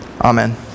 Amen